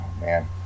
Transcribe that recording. man